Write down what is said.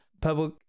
public